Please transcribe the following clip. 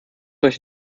euch